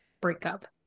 breakup